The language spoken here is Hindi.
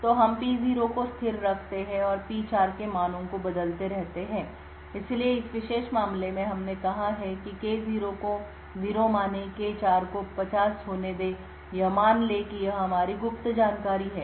तो हम P0 को स्थिर रखते हैं और P4 के मानों को बदलते रहते हैं इसलिए इस विशेष मामले में हमने कहा है कि K0 को 0 मानें K4 को 50 होने दें यह मान लें कि यह हमारी गुप्त जानकारी है